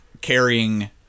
carrying